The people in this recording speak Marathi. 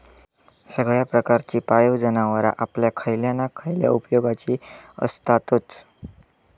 सगळ्या प्रकारची पाळीव जनावरां आपल्या खयल्या ना खयल्या उपेगाची आसततच